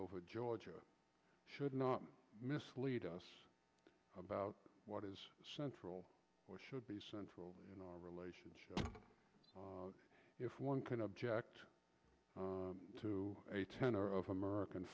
over georgia should not mislead us about what is central should be central in our relationship if one can object to a tenor of american